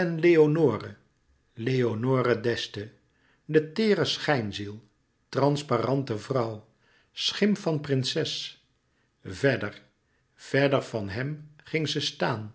en leonore leonore d'este de teêre schijnziel transparante vrouw schim van prinses verder verder van hem ging ze staan